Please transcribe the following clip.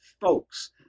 folks